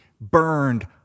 burned